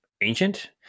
ancient